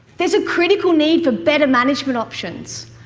there is a critical need for better management options,